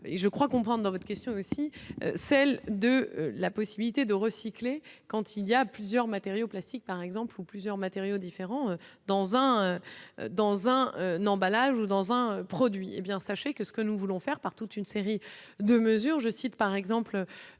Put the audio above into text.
et je crois comprendre, dans votre question est aussi celle de la possibilité de recycler quand il y a plusieurs matériaux classiques, par exemple, ou plusieurs matériaux différents dans un dans un un emballage ou dans un produit, hé bien sachez que ce que nous voulons faire par toute une série de mesures je cite par exemple